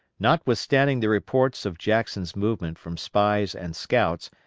notwithstanding the reports of jackson's movement from spies and scouts,